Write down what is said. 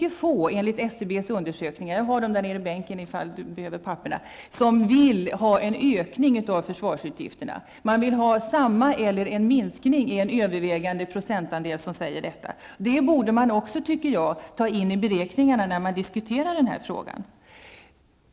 Enligt SCBs undersökningar, som jag har nere i bänken om försvarsministern vill se dem, är det mycket få människor som vill ha en ökning av försvarsutgifterna. En övervägande procentandel av dessa människor säger att de vill ha nuvarande eller minskade försvarsutgifter. Detta borde också tas med i beräkningarna när denna fråga diskuteras.